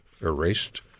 erased